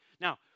Now